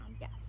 Yes